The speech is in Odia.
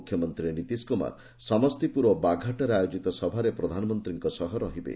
ମୁଖ୍ୟମନ୍ତ୍ରୀ ନୀତିଶ କୁମାର ସମସ୍ତପୁର ଓ ବାଘାଠାରେ ଆୟୋଜିତ ସଭାରେ ପ୍ରଧାନମନ୍ତ୍ରୀଙ୍କ ସହ ରହିବେ